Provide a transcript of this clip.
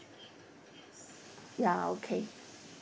ya okay